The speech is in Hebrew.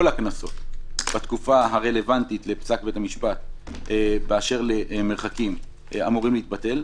הקנסות בתקופה הרלוונטית לפסק בית המשפט באשר למרחקים אמורים להתבטל.